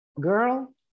girl